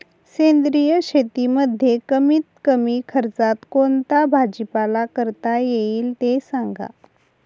सेंद्रिय शेतीमध्ये कमीत कमी खर्चात कोणता भाजीपाला करता येईल ते सांगा